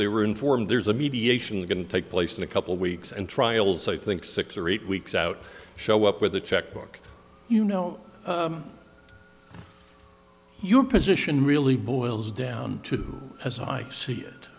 they were informed there's a mediation going to take place in a couple of weeks and trials i think six or eight weeks out show up with a checkbook you know your position really boils down to as i see it